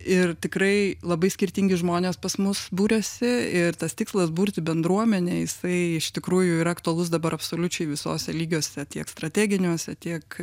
ir tikrai labai skirtingi žmonės pas mus buriasi ir tas tikslas burti bendruomenę jisai iš tikrųjų yra aktualus dabar absoliučiai visose lygiuose tiek strateginiuose tiek